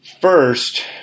First